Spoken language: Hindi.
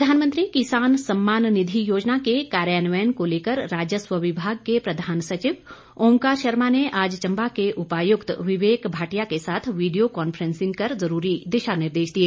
योजना प्रधानमंत्री किसान सम्मान निधि योजना के कार्यान्वयन को लेकर राजस्व विभाग के प्रधान सचिव ओंकार शर्मा ने आज चंबा के उपायुक्त विवेक भाटिया के साथ वीडियो कॉन्फ्रेंसिंग कर जरूरी दिशा निर्देश दिए